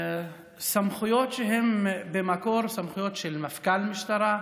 סמכויות שבמקור הן סמכויות של מפכ"ל משטרה,